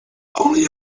only